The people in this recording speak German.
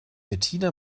bettina